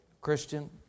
Christian